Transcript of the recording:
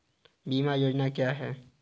बीमा योजना क्या है?